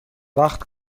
وقت